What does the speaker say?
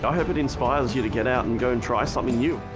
i hope it inspires you to get out and go and try something new.